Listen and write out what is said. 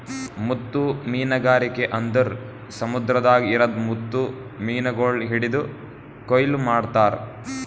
ಮುತ್ತು ಮೀನಗಾರಿಕೆ ಅಂದುರ್ ಸಮುದ್ರದಾಗ್ ಇರದ್ ಮುತ್ತು ಮೀನಗೊಳ್ ಹಿಡಿದು ಕೊಯ್ಲು ಮಾಡ್ತಾರ್